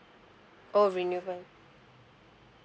oh renewable